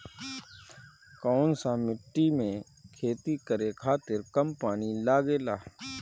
कौन सा मिट्टी में खेती करे खातिर कम पानी लागेला?